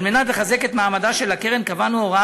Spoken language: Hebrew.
על מנת לחזק את מעמדה של הקרן קבענו הוראה